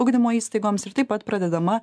ugdymo įstaigoms ir taip pat pradedama